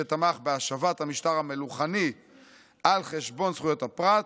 שתמך בהשבת המשטר המלוכני על חשבון זכויות הפרט,